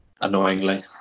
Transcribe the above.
annoyingly